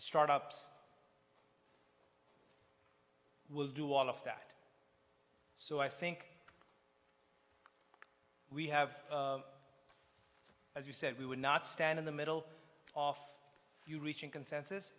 start ups will do all of that so i think we have as we said we would not stand in the middle off you reaching consensus